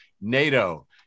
NATO